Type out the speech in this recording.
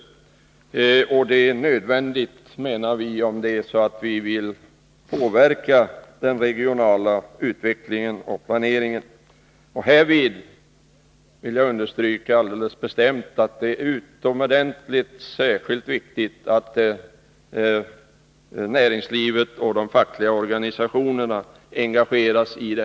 Vi menar att detta är nödvändigt för att vi skall kunna påverka den regionala utvecklingen och planeringen. Jag vill bestämt understryka att det härvid är alldeles utomordentligt viktigt att näringslivet och de fackliga organisationerna engageras.